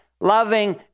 Loving